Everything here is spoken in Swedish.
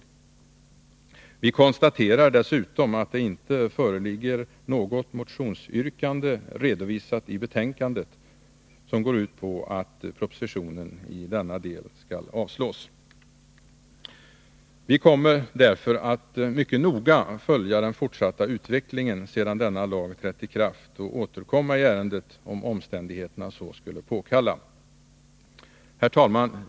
Vi konstaterar dessutom att det inte föreligger något motionsyrkande redovisat i betänkandet som går ut på att propositionen i denna del skall avslås. Vi kommer därför att noga följa utvecklingen sedan denna lag trätt i kraft och att återkomma i ärendet om omständigheterna så skulle påkalla. Herr talman!